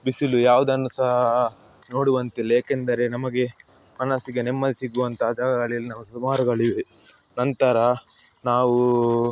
ಬಿಸಿಲು ಯಾವುದನ್ನು ಸಹ ನೋಡುವಂತಿಲ್ಲ ಏಕೆಂದರೆ ನಮಗೆ ಮನಸ್ಸಿಗೆ ನೆಮ್ಮದಿ ಸಿಗುವಂಥ ಜಾಗಗಳಿಲ್ಲಿ ನಾವು ಸುಮಾರುಗಳಿವೆ ನಂತರ ನಾವು